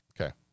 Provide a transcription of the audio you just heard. Okay